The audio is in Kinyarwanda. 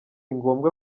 ngombwa